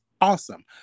awesome